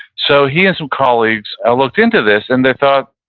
so he and some colleagues ah looked into this, and they thought,